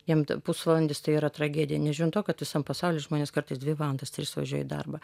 jiem t pusvalandis tai yra tragedija nežiūrint to kad visam pasauly žmonės kartais dvi valandas tris važiuoja į darbą